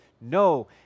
No